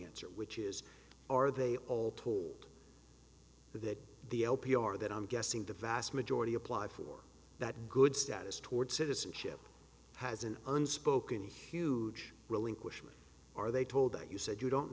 answer which is are they all told that the l p r that i'm guessing the vast majority applied for that good status toward citizenship has an unspoken huge relinquishment are they told that you said you don't